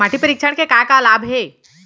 माटी परीक्षण के का का लाभ हे?